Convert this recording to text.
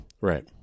Right